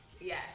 yes